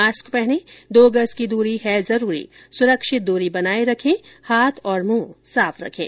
mask पहनें दो गज की दूरी है जरूरी सुरक्षित दरी बनाए रखें हाथ और मुंह साफ रखें